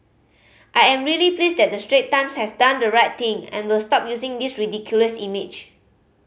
I am really pleased that the Strait Times has done the right thing and will stop using these ridiculous image